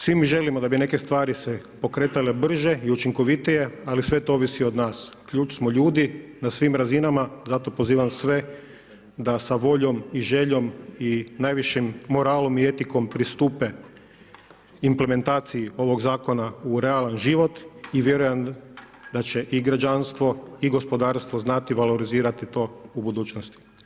Svi mi želimo da bi neke stvari se pokretale brže i učinkovitije, ali sve to ovisi od nas, ključ smo ljudi na svim razinama, zato pozivam sve da sa voljom i željom i najvišim moralom i etikom pristupe implementaciji ovog Zakona u realan život i vjerujem da će i građanstvo i gospodarstvo znati valorizirati to u budućnosti.